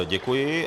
Děkuji.